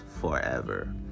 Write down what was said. forever